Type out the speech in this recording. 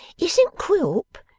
isn't quilp,